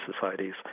societies